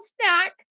snack